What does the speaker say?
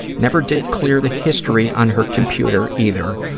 never did clear the history on her computer either.